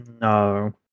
No